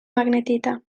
magnetita